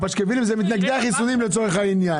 הפשקוולים זה מתנגדי החיסונים לצורך העניין.